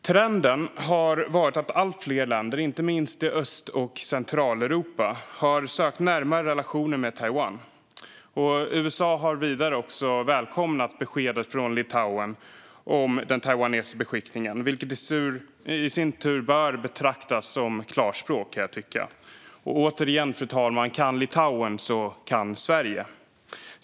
Trenden har varit att allt fler länder, inte minst i Central och Östeuropa, har sökt närmare relationer med Taiwan. USA har vidare välkomnat beskedet från Litauen om den taiwanesiska beskickningen, vilket i sin tur bör betraktas som klarspråk. Återigen, fru talman: Om Litauen kan så kan Sverige.